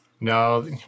No